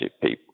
people